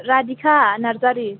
Radhika Narzary